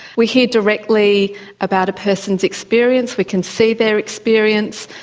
we hear directly about a person's experience, we can see their experience.